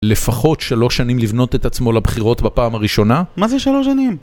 לפחות שלוש שנים לבנות את עצמו לבחירות בפעם הראשונה. מה זה שלוש שנים?